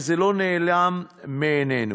וזה לא נעלם מעינינו.